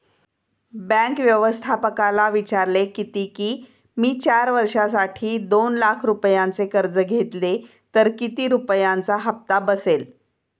bank व्यवस्थापकाला विचारले किती की, मी चार वर्षांसाठी दोन लाख रुपयांचे कर्ज घेतले तर किती रुपयांचा हप्ता बसेल